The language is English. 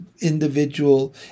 individual